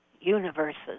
universes